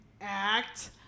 act